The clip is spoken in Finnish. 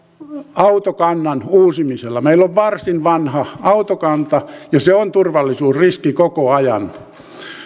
autokannan uusimisella meillä on varsin vanha autokanta ja se on turvallisuusriski koko ajan